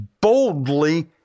boldly